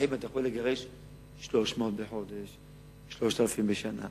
פקחים אתה יכול לגרש 300 בחודש, 3,000 בשנה.